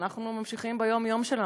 אנחנו ממשיכים ביום-יום שלנו,